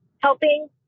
helping